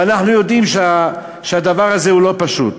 ואנחנו יודעים שהדבר הזה הוא לא פשוט.